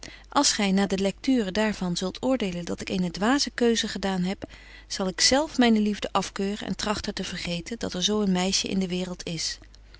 als gy na de lecture daar van zult oordelen dat ik eene dwaze keuze gedaan heb zal ik zelf myne liefde afkeuren en tragten te vergeten dat er zo een meisje in de waereld is